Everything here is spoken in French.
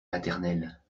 maternelle